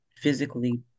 physically